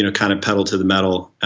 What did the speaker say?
ah kind of pedal to the metal.